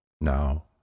Now